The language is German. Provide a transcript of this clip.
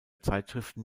zeitschriften